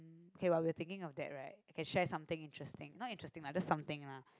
okay while we're thinking of that right I can share something interesting not interesting lah just something lah